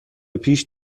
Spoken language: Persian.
پیش